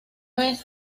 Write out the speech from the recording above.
vez